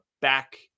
back